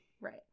Right